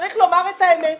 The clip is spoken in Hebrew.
צריך לומר את האמת.